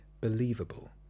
believable